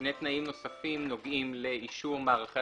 שני תנאים נוספים נוגעים לאישור מערכי